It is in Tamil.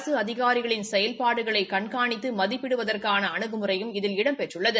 அரசு அதிகாரிகளின் செயல்பாடுகளை கண்காணித்து மதிப்பிடுவதற்கான அனுகுமுறையும் இதில் இடம்பெற்றுள்ளது